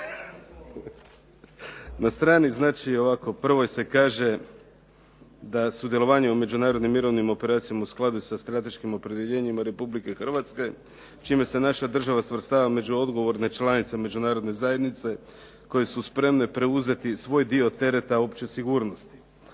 Na strani 1. se kaže da je sudjelovanje u međunarodnim mirovnim operacijama u skladu sa strateškim opredjeljenjima Republike Hrvatske čime se naša država svrstava među odgovorne članice međunarodne zajednice koje su spremne preuzeti svoj dio tereta opće sigurnosti.